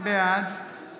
בעד